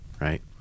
right